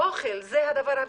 אוכל זה הדבר הבסיסי.